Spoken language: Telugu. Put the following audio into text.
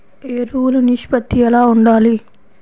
ఎరువులు నిష్పత్తి ఎలా ఉండాలి?